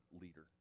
leader